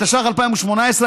התשע"ח 2018,